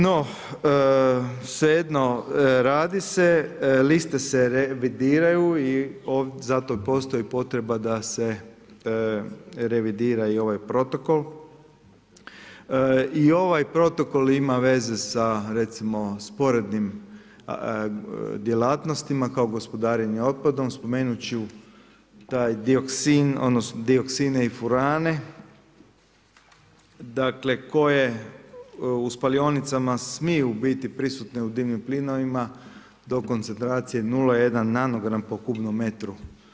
No svejedno radi se, liste se revidiraju i zato postoji potreba da se revidira i ovaj protokol, i ovaj protok ima veze sa recimo sporednim djelatnostima kao gospodarenje otpadom, spomenut ću te dioksine i furane koje u spalionicama smiju biti prisutni u dimnim plinovima do koncentracije 0,1 nanogram po kubnom metru.